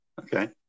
Okay